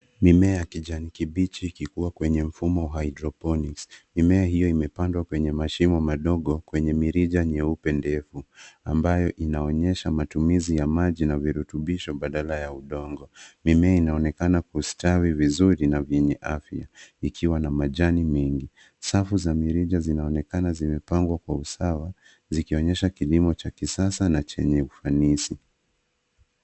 Mimea ya kijani kibichi ikikua kwenye mfumo wa hydroponics(cs). Mimea hio imepandwa kwenye mashimo madogo kwenye mirija nyeupe ndefu, ambayo inaonyesha matumizi ya maji na virutubisho badala ya udongo. Mimea inaonekana kustawi vizuri na vyenye afya ,vikiwa na majani mingi. Safu za mirija zinaonekana zimepangwa kwa usawa, zikionyesha kilimo cha kisasa na chenye ufanisi.